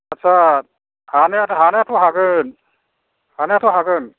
आच्चा हानायाथ' हागोन हानायाथ' हागोन